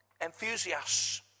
Enthusiasts